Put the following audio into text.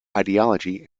ideology